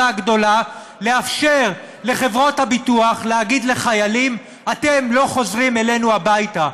הגדולה לאפשר לחברות הביטוח להגיד לחיילים: אתם לא חוזרים אלינו הביתה.